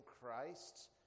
Christ